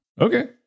Okay